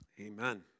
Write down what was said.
Amen